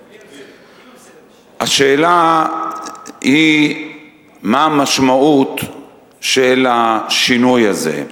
עם אמסלם 66. השאלה היא מה המשמעות של השינוי הזה.